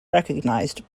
recognized